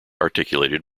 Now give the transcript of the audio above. articulated